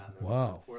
wow